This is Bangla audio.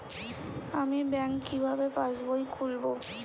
আমি ব্যাঙ্ক কিভাবে পাশবই খুলব?